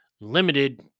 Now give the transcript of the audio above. limited